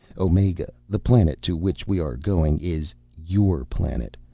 omega, the planet to which we are going, is your planet,